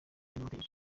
n’amategeko